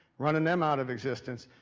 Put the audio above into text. runnin them out of existence.